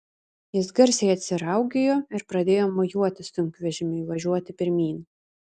jis garsiai atsiraugėjo ir pradėjo mojuoti sunkvežimiui važiuoti pirmyn